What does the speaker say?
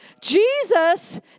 Jesus